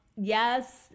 Yes